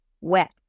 wet